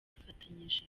afatanyije